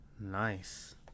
Nice